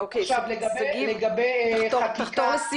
אף אחד לא מטפל